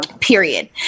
period